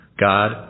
God